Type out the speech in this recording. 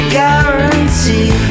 guarantee